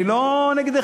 אני לא נגדך.